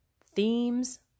themes